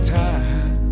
time